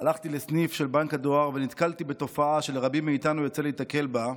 הלכתי לסניף של בנק הדואר ונתקלתי בתופעה שלרבים מאיתנו יוצא להיתקל בה,